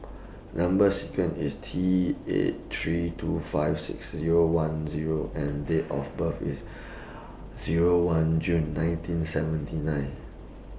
Number sequence IS T eight three two five six Zero one Zero and Date of birth IS Zero one June nineteen seventy nine